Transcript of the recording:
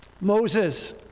Moses